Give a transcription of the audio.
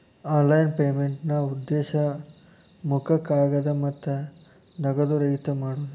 online ಪೇಮೆಂಟ್ನಾ ಉದ್ದೇಶ ಮುಖ ಕಾಗದ ಮತ್ತ ನಗದು ರಹಿತ ಮಾಡೋದ್